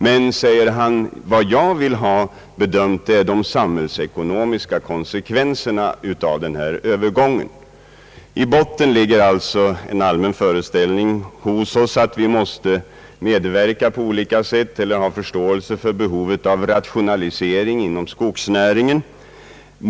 Men han säger att vad han vill ha bedömt är de samhällsekonomiska konsekvenserna av denna övergång. Vi har alltså en allmän föreställning om att vi på olika sätt måste medverka till eller ha förståelse för behovet av rationalisering inom <:skogsnäringen.